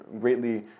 greatly